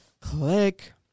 Click